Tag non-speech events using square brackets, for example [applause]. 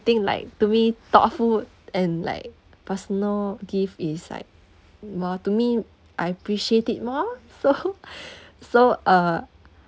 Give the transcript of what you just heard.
think like to me thoughtful and like personal gift is like more to me I appreciate it more so [laughs] so uh